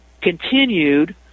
continued